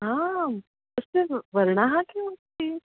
आं तस्य तु वर्णः किमस्ति